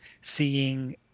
seeing